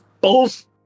Bulls